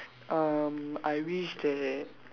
um I wish that